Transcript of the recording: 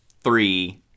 three